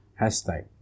hashtag